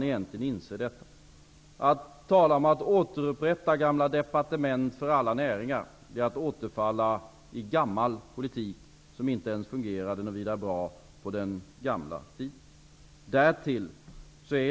Att tala om att återupprätta gamla departement för alla näringar är att återfalla i gammal politik som inte fungerade särskilt bra ens på den gamla tiden.